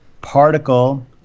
particle